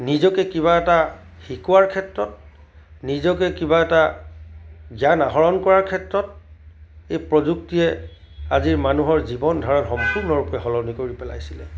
নিজকে কিবা এটা শিকোৱাৰ ক্ষেত্ৰত নিজকে কিবা এটা জ্ঞান আহৰণ কৰাৰ ক্ষেত্ৰত এই প্ৰযুক্তিয়ে আজি মানুহৰ জীৱন ধাৰা সম্পূৰ্ণৰূপে সলনি কৰি পেলাইছে